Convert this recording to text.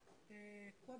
דקות.